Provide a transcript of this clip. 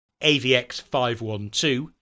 AVX512